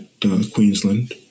Queensland